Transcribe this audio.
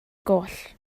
goll